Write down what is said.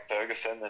Ferguson